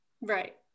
Right